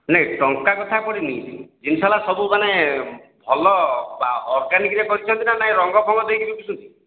ନାହିଁ ନାହିଁ ଟଙ୍କା କଥା ପଡ଼ିନାହିଁ ଜିନିଷ ହେଲା ସବୁ ମାନେ ଭଲ ବା ଅର୍ଗାନିକ୍ରେ କରିଛନ୍ତି ନା ରଙ୍ଗ ଫଙ୍ଗ ଦେଇକି ବିକୁଛନ୍ତି